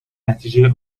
نتیجه